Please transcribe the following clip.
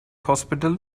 hospital